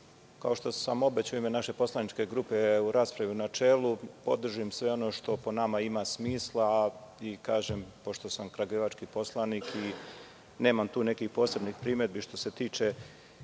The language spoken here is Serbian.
kao što sam i obećao, u ime naše poslaničke grupe, u raspravi u načelu, podržim sve ono što po nama ima smisla. Kažem, pošto sam kragujevački poslanik, nemam tu nekih posebnih primedbi što se tiče